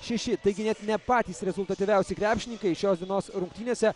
šeši taigi net ne patys rezultatyviausi krepšininkai šios dienos rungtynėse